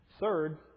Third